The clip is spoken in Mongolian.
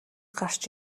гарч